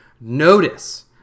Notice